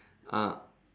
ah